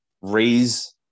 Raise